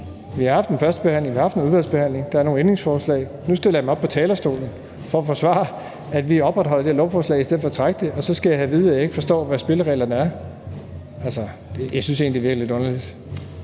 Vi har haft en første behandling, vi har haft en udvalgsbehandling, der er nogle ændringsforslag, og nu stiller jeg mig op på talerstolen for at forsvare, at vi opretholder det her lovforslag i stedet for at trække det, og så skal jeg have at vide, at jeg ikke forstår, hvad spillereglerne er. Jeg synes egentlig, at det virker lidt underligt.